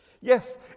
Yes